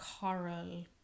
coral